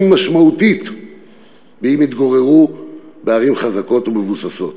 משמעותית משל אלה המתגוררים בערים חזקות ומבוססות.